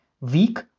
weak